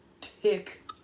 tick